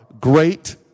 great